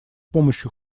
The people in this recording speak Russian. помощью